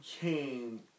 came